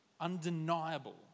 undeniable